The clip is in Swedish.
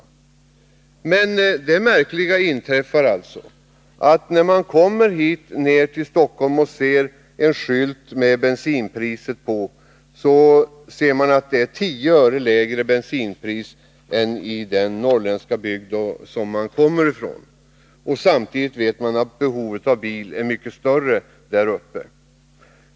Därför är det märkligt att jag när jag kommer hit till Stockholm kan se skyltar som anger att bensinpriset här är 10 öre lägre än i den norrländska bygd som jag kommer från. Behovet av bil är ju, som vi vet, mycket större där uppe.